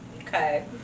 okay